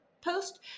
post